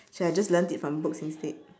should have just learnt it from books instead